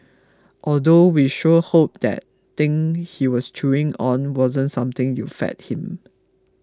although we sure hope that thing he was chewing on wasn't something you fed him